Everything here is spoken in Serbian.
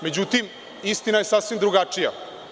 Međutim, istina je sasvim drugačija.